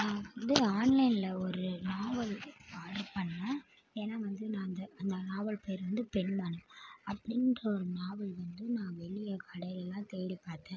நான் வந்து ஆன்லைனில் ஒரு நாவல் ஆட்ரு பண்ணேன் ஏன்னால் வந்து நான் அந்த அந்த நாவல் பேர் வந்து பெண்மனம் அப்படின்ற ஒரு நாவல் வந்து நான் வெளியே கடைலேலான் தேடிப்பார்த்தேன்